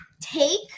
take